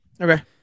Okay